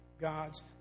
God's